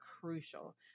crucial